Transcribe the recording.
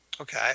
Okay